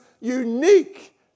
unique